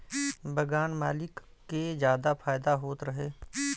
बगान मालिक के जादा फायदा होत रहे